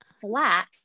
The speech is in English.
flat